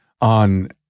on